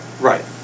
Right